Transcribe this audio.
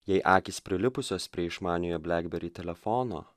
jei akys prilipusios prie išmaniojo blegbery telefono